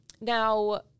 now